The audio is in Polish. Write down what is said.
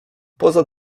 poza